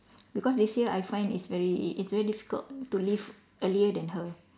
because this year I find it's very it's very difficult to leave earlier than her